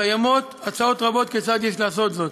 קיימות הצעות רבות כיצד יש לעשות זאת.